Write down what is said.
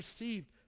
received